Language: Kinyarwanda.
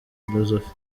philosophe